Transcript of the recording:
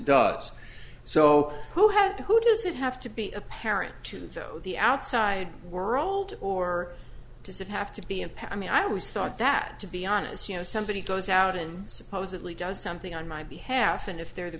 does so who have who does it have to be apparent to joe the outside world or does it have to be a pat i mean i always thought that to be honest you know somebody goes out and supposedly does something on my behalf and if they're th